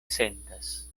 sentas